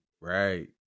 right